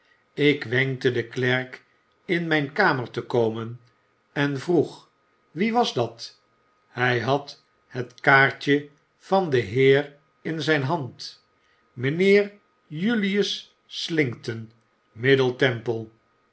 ik wenkte den klerk in mijn kamer te komen en vroeg wie was dat h i had het kaartje van den heer in zijn hand mijnheer julius slinkton middle temple